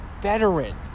veteran